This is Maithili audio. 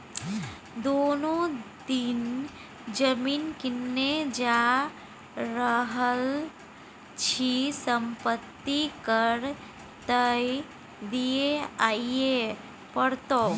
दिनो दिन जमीन किनने जा रहल छी संपत्ति कर त दिअइये पड़तौ